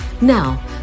Now